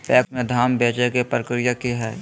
PACS में धाम बेचे के प्रक्रिया की हय?